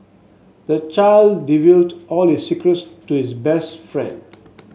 the child divulged all the secrets to his best friend